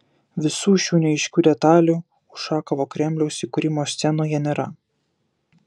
visų šių neaiškių detalių ušakovo kremliaus įkūrimo scenoje nėra